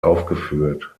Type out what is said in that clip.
aufgeführt